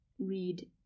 read